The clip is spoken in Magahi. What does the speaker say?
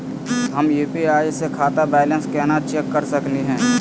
हम यू.पी.आई स खाता बैलेंस कना चेक कर सकनी हे?